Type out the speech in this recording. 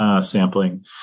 sampling